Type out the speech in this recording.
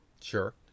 Sure